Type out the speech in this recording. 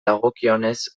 dagokionez